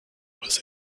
was